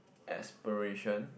aspiration